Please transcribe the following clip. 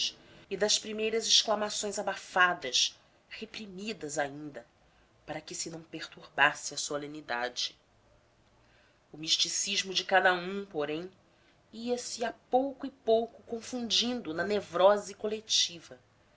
e das primeiras exclamações abafadas reprimidas ainda para que se não perturbasse a solenidade o misticismo de cada um porém ia-se a pouco e pouco confundindo na nevrose coletiva